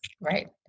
Right